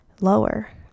lower